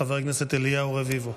חבר הכנסת אליהו רביבו.